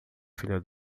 filha